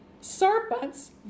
serpents